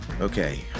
Okay